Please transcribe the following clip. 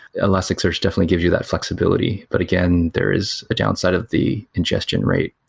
elasticsearch definitely gives you that flexibility, but again, there is a downside of the ingestion rate.